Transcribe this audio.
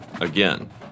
again